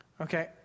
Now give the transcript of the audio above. Okay